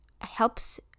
helps